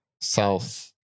South